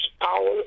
power